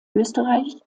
österreich